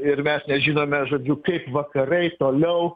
ir mes nežinome žodžiu kaip vakarai toliau